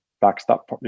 Backstop